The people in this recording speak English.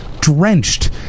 drenched